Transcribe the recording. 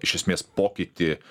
iš esmės pokytį